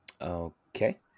Okay